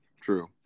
True